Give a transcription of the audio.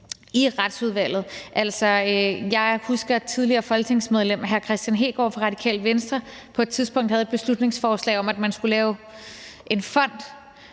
i Retsudvalget. Jeg husker, at det tidligere folketingsmedlem hr. Kristian Hegaard fra Radikale Venstre på et tidspunkt havde et beslutningsforslag om, at man skulle lave en fond,